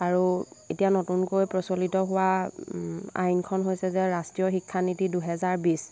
আৰু এতিয়া নতুনকৈ প্ৰচলিত হোৱা আইনখন হৈছে যে ৰাষ্ট্ৰীয় শিক্ষানীতি দুহেজাৰ বিছ